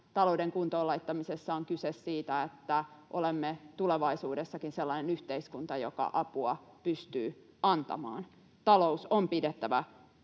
talouden kuntoon laittamisessa on ennen kaikkea kyse siitä, että olemme tulevaisuudessakin sellainen yhteiskunta, joka apua pystyy antamaan. Talous on pidettävä